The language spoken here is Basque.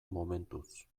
momentuz